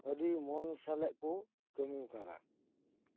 ᱟᱹᱰᱤ ᱢᱚᱱ ᱥᱟᱞᱟᱜ ᱠᱚ ᱠᱟᱢᱤᱣᱠᱟᱫᱟ